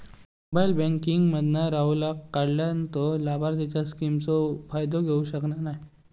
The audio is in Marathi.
मोबाईल बॅन्किंग मधना राहूलका काढल्यार तो लाभार्थींच्या स्किमचो फायदो घेऊ शकना नाय